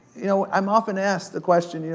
you know, i'm often asked the question, you know,